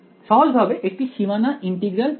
সহজভাবে একটি সীমানা ইন্টিগ্রাল পদ্ধতি